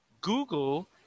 Google